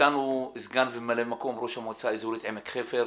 איתנו סגן וממלא מקום ראש המועצה האזורית עמק חפר.